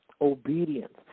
obedience